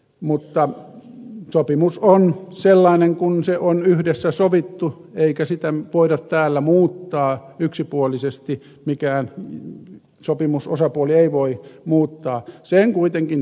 mutta sopimus on sellainen kun se on yhdessä sovittu eikä sitä voida täällä muuttaa yksipuolisesti mikään sopimusosapuoli ei voi muuttaa sen kuitenkin